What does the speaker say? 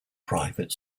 private